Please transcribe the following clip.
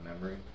memory